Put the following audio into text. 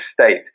state